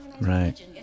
Right